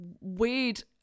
weird